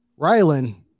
Rylan